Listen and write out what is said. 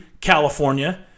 California